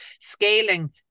scaling